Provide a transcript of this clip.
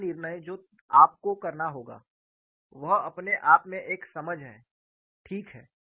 वह निर्णय जो तुम्हें करना होगा वह अपने आप में एक समझ है ठीक है